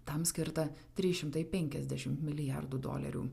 tam skirta trys šimtai penkiasdešim milijardų dolerių